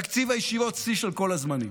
תקציב הישיבות, שיא של כל הזמנים.